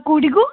କେଉଁଠିକୁ